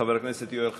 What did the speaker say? חבר הכנסת יואל חסון,